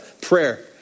prayer